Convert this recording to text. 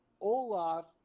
Olaf